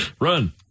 Run